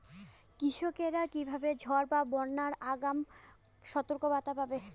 কৃষকেরা কীভাবে ঝড় বা বন্যার আগাম সতর্ক বার্তা পাবে?